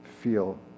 feel